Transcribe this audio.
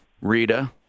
Rita